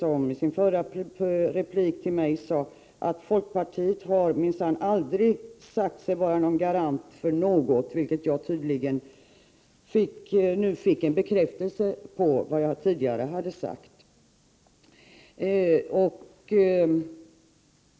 I sin förra replik till mig sade hon att folkpartiet minsann aldrig sagt sig vara någon garant för något — där fick jag tydligen en bekräftelse på vad jag tidigare sagt.